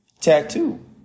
tattoo